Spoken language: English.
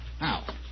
now